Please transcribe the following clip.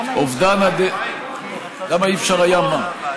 למה לא היה אפשר מה?